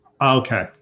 Okay